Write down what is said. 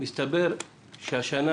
מסתבר שהשנה